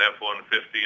F-150